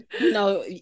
No